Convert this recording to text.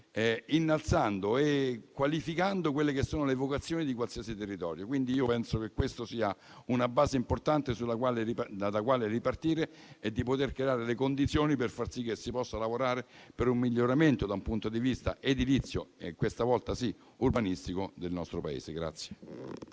innalzando e qualificando le vocazioni di qualsiasi territorio. Quindi io penso che questa sia una base importante dalla quale ripartire per poter creare le condizioni per far sì che si possa lavorare per un miglioramento da un punto di vista edilizio e - questa volta sì - urbanistico del nostro Paese.